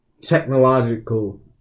technological